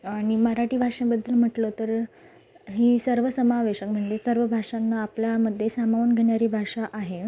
आणि मराठी भाषेबद्दल म्हटलं तर ही सर्वसमावेशक म्हणजे सर्व भाषांना आपल्यामध्ये सामावून घेणारी भाषा आहे